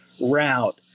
route